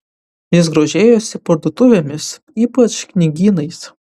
jis grožėjosi parduotuvėmis ypač knygynais